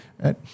Right